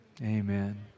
amen